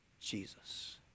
Jesus